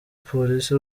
polisi